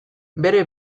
bere